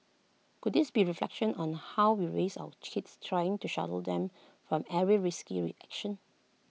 could this be reflection on how we raise our cheats trying to shelter them from every risky reaction